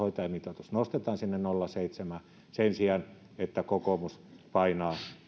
tämä hoitajamitoitus nostetaan sinne nolla pilkku seitsemään sen sijaan että kokoomus painaa